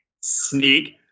Sneak